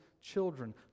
children